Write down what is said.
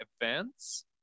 events